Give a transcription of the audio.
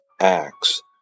Acts